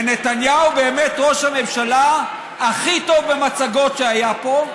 ונתניהו הוא באמת ראש הממשלה הכי טוב במצגות שהיה פה,